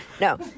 No